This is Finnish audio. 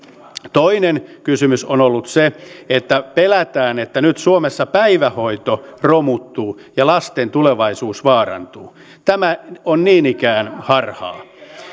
toinen kysymys on ollut se että pelätään että nyt suomessa päivähoito romuttuu ja lasten tulevaisuus vaarantuu tämä on niin ikään harhaa